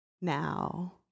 now